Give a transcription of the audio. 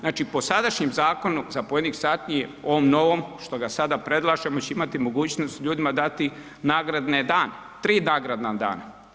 Znači po sadašnjem zakonu zapovjednik satnije, ovom novom, što ga sada predlažemo će imati mogućnost ljudima dati nagradne dane, 3 nagradna dana.